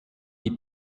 die